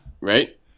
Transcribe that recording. Right